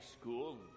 school